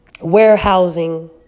warehousing